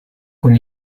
con